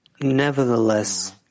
nevertheless